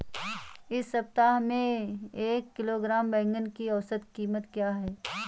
इस सप्ताह में एक किलोग्राम बैंगन की औसत क़ीमत क्या है?